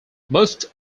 most